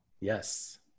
Yes